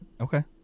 Okay